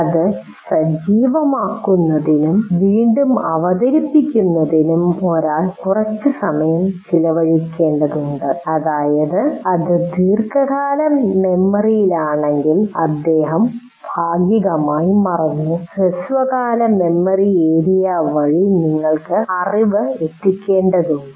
അത് സജീവമാക്കുന്നതിനും വീണ്ടും അവതരിപ്പിക്കുന്നതിനും ഒരാൾ കുറച്ച് സമയം ചെലവഴിക്കേണ്ടതുണ്ട് അതായത് അത് ദീർഘകാല മെമ്മറിയിലാണെങ്കിൽ അദ്ദേഹം ഭാഗികമായി മറന്നു ഹ്രസ്വകാല മെമ്മറിഏരിയ വഴി നിങ്ങൾക്ക് അറിവ് എത്തിക്കേണ്ടതുണ്ട്